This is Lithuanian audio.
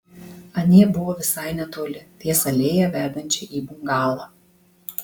anie buvo visai netoli ties alėja vedančia į bungalą